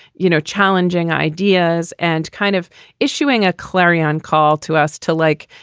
you know, challenging ideas and kind of issuing a clarion call to us to like,